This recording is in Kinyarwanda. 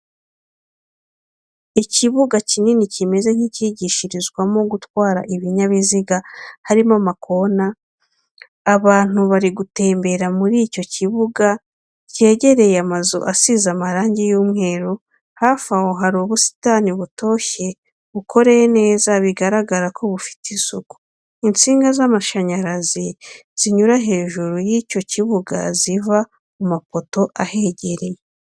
Ikibuga kinini kimeze nk'icyigishirizwamo gutwara ibinyabiziga harimo amakona, abantu bari gutembera muri icyo kibuga, cyegereye amazu asize amarangi y'umweru, hafi aho hari ubusitani butoshye bukoreye neza bigaragara ko bufite isuku, insinga z'amashanyarazi zinyura hejuru y'icyo kibuga ziva ku mapoto ahegereye.